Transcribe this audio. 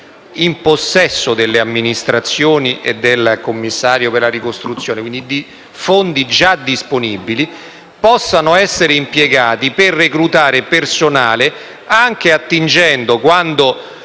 in possesso delle amministrazioni e del Commissario per la ricostruzione, quindi fondi già disponibili, possano essere impiegati per reclutare personale anche attingendo, quando